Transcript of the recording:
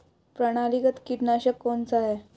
प्रणालीगत कीटनाशक कौन सा है?